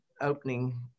opening